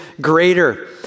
greater